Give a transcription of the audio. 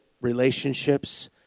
relationships